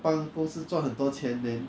帮公司赚很多钱 then